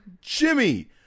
Jimmy